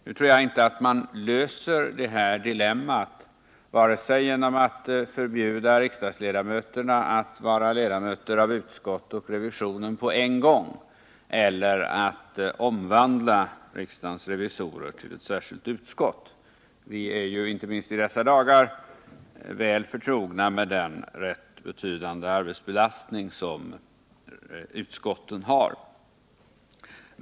Jag tror emellertid inte att man löser detta dilemma vare sig genom att förbjuda riksdagsledamöter att samtidigt vara medlemmar i utskott och revisionen eller genom att omvandla riksdagsrevisionen till ett särskilt utskott. Inte minst i dessa dagar har vi blivit mycket medvetna om den arbetsbelastning som utskotten har.